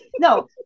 No